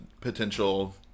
potential